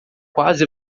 quase